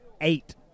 eight